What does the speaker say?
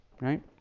Right